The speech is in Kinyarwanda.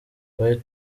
twari